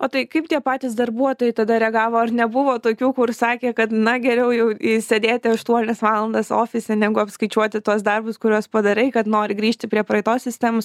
o tai kaip tie patys darbuotojai tada reagavo ar nebuvo tokių kur sakė kad na geriau jau sėdėti aštuonias valandas ofise negu apskaičiuoti tuos darbus kuriuos padarei kad nori grįžti prie praeitos sistems